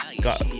got